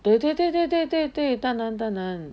对对对对对对对当然当然